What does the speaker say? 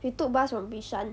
we took bus from bishan